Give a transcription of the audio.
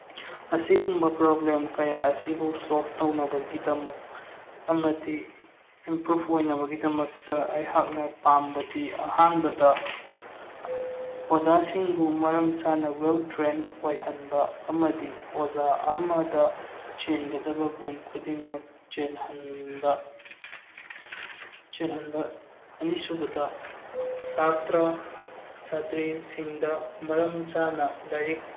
ꯑꯁꯤꯒꯨꯝꯕ ꯄ꯭ꯔꯣꯕ꯭ꯂꯦꯝ ꯀꯌꯥ ꯑꯁꯤꯕꯨ ꯁꯣꯞ ꯇꯧꯅꯕꯒꯤꯗꯃꯛ ꯑꯃꯗꯤ ꯏꯝꯄ꯭ꯔꯨꯞ ꯑꯣꯏꯅꯕꯒꯤꯗꯃꯛꯇ ꯑꯩꯍꯥꯛꯅ ꯄꯥꯝꯕꯗꯤ ꯑꯍꯥꯟꯕꯗ ꯑꯣꯖꯥꯁꯤꯡꯕꯨ ꯃꯔꯝ ꯆꯥꯅ ꯋꯦꯜ ꯇ꯭ꯔꯦꯟꯠ ꯑꯣꯏꯍꯟꯕ ꯑꯃꯗꯤ ꯑꯣꯖꯥ ꯑꯃꯗ ꯆꯦꯟꯒꯗꯕ ꯒꯨꯟ ꯈꯨꯗꯤꯡꯃꯛ ꯆꯦꯜꯍꯟꯕ ꯆꯦꯜꯍꯟꯕ ꯑꯅꯤꯁꯨꯕꯗ ꯁꯥꯇ꯭ꯔ ꯁꯥꯇ꯭ꯔꯤꯁꯤꯡꯗ ꯃꯔꯝ ꯆꯥꯅ ꯂꯥꯏꯔꯤꯛ